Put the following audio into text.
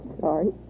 sorry